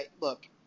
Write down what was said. Look